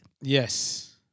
Yes